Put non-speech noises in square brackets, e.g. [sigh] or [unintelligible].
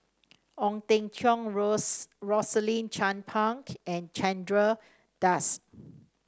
Ong Teng Cheong Rose Rosaline Chan [unintelligible] and Chandra Das